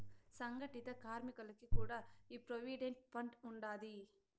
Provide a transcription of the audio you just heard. సంగటిత కార్మికులకి కూడా ఈ ప్రోవిడెంట్ ఫండ్ ఉండాది